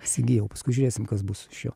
įsigijau paskui žiūrėsim kas bus iš jo